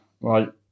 right